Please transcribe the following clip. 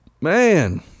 Man